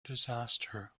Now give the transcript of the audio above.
disaster